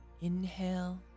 Inhale